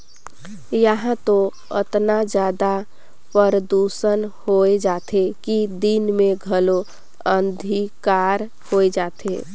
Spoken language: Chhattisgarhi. इहां तो अतना जादा परदूसन होए जाथे कि दिन मे घलो अंधिकार होए जाथे